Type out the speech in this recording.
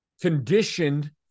conditioned